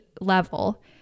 level